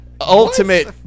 ultimate